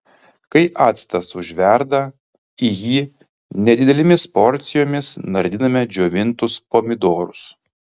kai actas užverda į jį nedidelėmis porcijomis nardiname džiovintus pomidorus